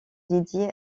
dédiée